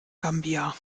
gambia